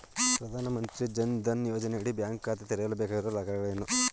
ಪ್ರಧಾನಮಂತ್ರಿ ಜನ್ ಧನ್ ಯೋಜನೆಯಡಿ ಬ್ಯಾಂಕ್ ಖಾತೆ ತೆರೆಯಲು ಬೇಕಾಗಿರುವ ದಾಖಲೆಗಳೇನು?